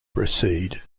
proceed